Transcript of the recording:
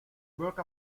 broke